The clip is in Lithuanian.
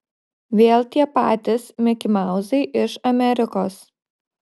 vėl tie patys mikimauzai iš amerikos